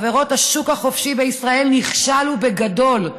חברות, השוק החופשי בישראל נכשל, ובגדול,